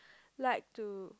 like to